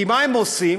כי מה הם עושים?